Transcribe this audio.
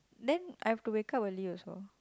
then I've to wake up early also